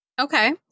Okay